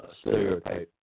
stereotype